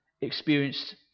experienced